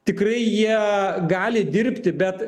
tikrai jie gali dirbti bet